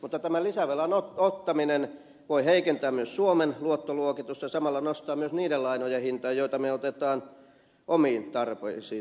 mutta tämän lisävelan ottaminen voi heikentää myös suomen luottoluokitusta samalla nostaa myös niiden lainojen hintaa joita me otamme omiin tarpeisiimme